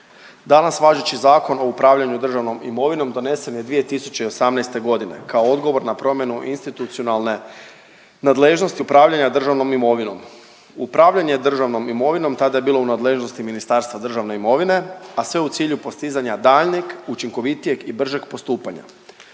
Danas važeći Zakon o upravljanju državnom imovinom donesen je 2018. godine kao odgovor na promjenu institucionalne nadležnosti upravljanja državnom imovinom. Upravljanje državnom imovinom tada je bilo u nadležnosti Ministarstva državne imovine, a sve u cilju postizanja daljnjeg učinkovitijeg i bržeg postupanja.